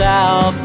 out